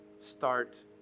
Start